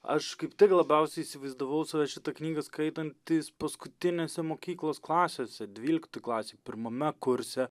aš kaip tik labiausiai įsivaizdavau save šitą knygą skaitantį paskutinėse mokyklos klasėse dvyliktoj klasėj pirmame kurse